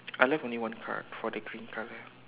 I left only one card for the green card